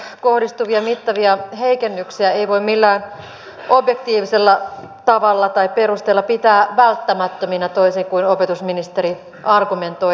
näitä koulutukseen kohdistuvia mittavia heikennyksiä ei voi millään objektiivisella tavalla tai perusteilla pitää välttämättöminä toisin kuin opetusministeri argumentoi